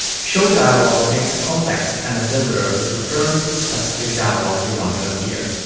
showdialog takes a context and a builder that returns the specific dialog you want to appear.